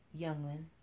Younglin